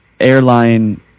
airline